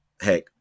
hey